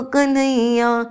Kanaya